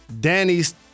Danny's